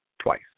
twice